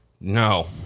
no